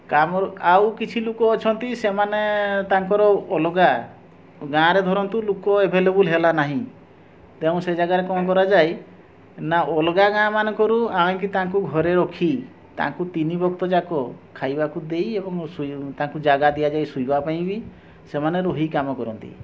କାମରୁ ଆଉ କିଛି ଲୋକ ଅଛନ୍ତି ସେମାନେ ତାଙ୍କର ଅଲଗା ଗାଁରେ ଧରନ୍ତୁ ଲୋକ ଆଭେଲେବଲ୍ ହେଲା ନାହିଁ ତେଣୁ ସେ ଜାଗାରେ କ'ଣ କରାଯାଏ ନା ଅଲଗା ଗାଁ ମାନଙ୍କରୁ ଆଣିକି ତାଙ୍କୁ ଘରେ ରଖି ତାଙ୍କୁ ତିନି ବକ୍ତ୍ ଯାକ ଖାଇବାକୁ ଦେଇ ଏବଂ ଶୋଇ ତାଙ୍କୁ ଜାଗା ଦିଆଯାଏ ଶୋଇବା ପାଇଁ ବି ସେମାନେ ରହି କାମ କରନ୍ତି